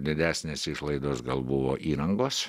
didesnės išlaidos gal buvo įrangos